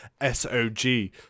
SOG